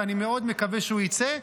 ואני מאוד מקווה שהוא יצא.